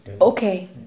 Okay